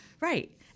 Right